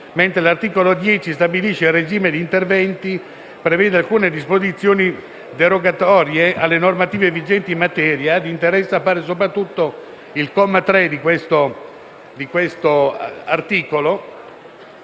mentre l'articolo 10 stabilisce il regime di interventi e contiene alcune disposizioni derogatorie alle normative vigenti in materia. Di interesse appare soprattutto il comma 3 dell'articolo